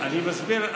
אני מסביר.